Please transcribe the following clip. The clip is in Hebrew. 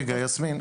רגע, יסמין.